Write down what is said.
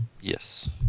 Yes